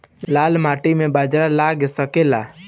लाल माटी मे बाजरा लग सकेला?